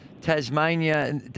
Tasmania